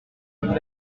noire